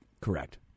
Correct